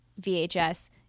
VHS